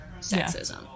sexism